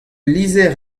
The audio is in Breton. lizher